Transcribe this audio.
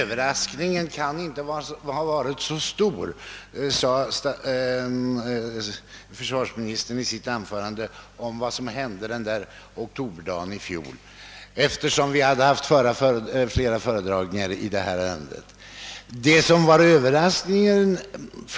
Herr talman! Försvarsministern sade med anledning av vad som hände den där oktoberdagen i fjol att överraskningen inte kan ha varit så stor eftersom vi haft flera föredragningar i ärendet. Herr statsråd!